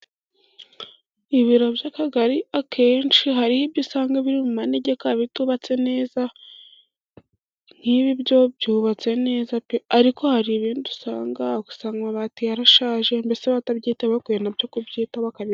Ibiro by'akagari akenshi, hari ibyo usanga biri mu manegeka bitubatse neza, nk'ibi ibyo byubatse neza pe! ariko hari ibindi usangasanga, uhasanga amabati yarashaje, mbese batabyitaho bakwiye nabyo kubyitaho bakabije.